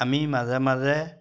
আমি মাজে মাজে